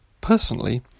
personally